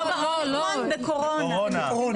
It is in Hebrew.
לא באומיקרון, בקורונה.